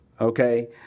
Okay